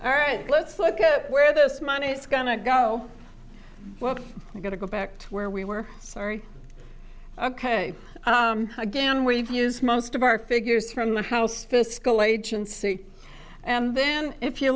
all right let's look at where this money is going to go well we're going to go back to where we were sorry ok again we've used most of our figures from the house fiscal agency and then if you